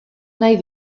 nahi